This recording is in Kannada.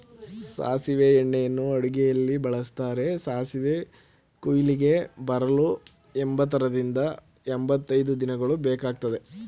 ಸಾಸಿವೆ ಎಣ್ಣೆಯನ್ನು ಅಡುಗೆಯಲ್ಲಿ ಬಳ್ಸತ್ತರೆ, ಸಾಸಿವೆ ಕುಯ್ಲಿಗೆ ಬರಲು ಎಂಬತ್ತರಿಂದ ಎಂಬತೈದು ದಿನಗಳು ಬೇಕಗ್ತದೆ